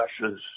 Russia's